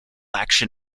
action